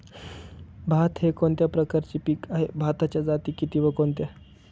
भात हे कोणत्या प्रकारचे पीक आहे? भाताच्या जाती किती व कोणत्या?